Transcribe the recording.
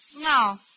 No